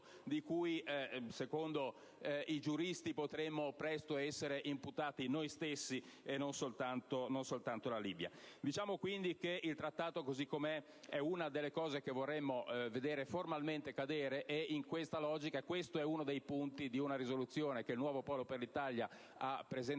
di cui, secondo i giuristi, potremmo presto essere imputati noi stessi, non soltanto la Libia. Il Trattato, così com'è, è una delle cose che vorremmo vedere formalmente cadere. In questa logica, questo è uno dei punti di una risoluzione che il nuovo Polo per l'Italia ha presentato